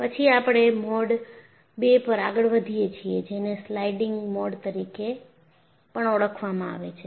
પછી આપણે mode II પર આગળ વધીએ છીએ જેને સ્લાઇડિંગ મોડ તરીકે પણ ઓળખવામાં આવે છે